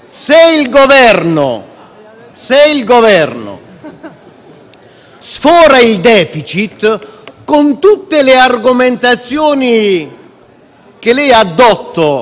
sfora il *deficit* con tutte le argomentazioni che lei ha addotto in questa sede,